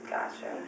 Gotcha